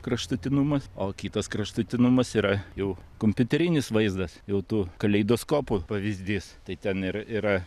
kraštutinumas o kitas kraštutinumas yra jau kompiuterinis vaizdas jau tų kaleidoskopų pavyzdys tai ten ir yra